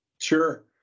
Sure